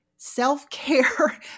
self-care